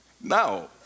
Now